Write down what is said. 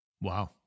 Wow